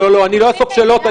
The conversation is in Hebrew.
אני לא אאסוף שאלות.